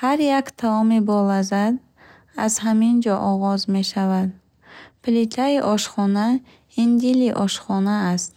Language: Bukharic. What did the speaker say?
Ҳар як таоми болаззат аз ҳамин ҷо оғоз мешавад. Плитаи ошхона ин дили ошхона аст.